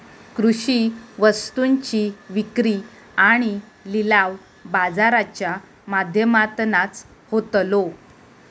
कृषि वस्तुंची विक्री आणि लिलाव बाजाराच्या माध्यमातनाच होतलो